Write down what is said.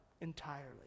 entirely